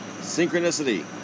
synchronicity